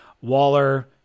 Waller